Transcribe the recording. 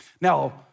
Now